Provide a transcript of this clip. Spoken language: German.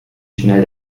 schnell